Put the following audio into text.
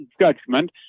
judgment